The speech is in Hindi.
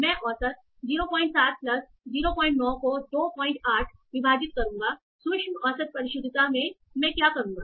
मैं औसत 07 प्लस 09 को 28 विभाजित करूँगा सूक्ष्म औसत परिशुद्धता में मैं क्या करूँगा